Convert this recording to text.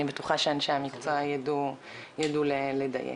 אני בטוחה שאנשי המקצוע ידעו לדייק.